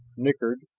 nickered,